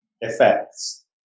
effects